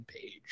page